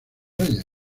reyes